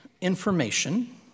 information